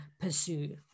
pursue